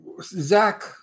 Zach